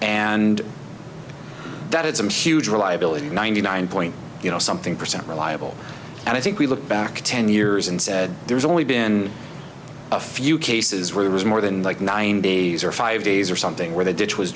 and that it's a huge reliability ninety nine point something percent reliable and i think we look back ten years and said there's only been a few cases where there was more than like nine days or five days or something where the ditch was